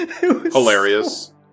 hilarious